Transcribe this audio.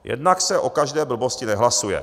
Jednak se o každé blbosti nehlasuje.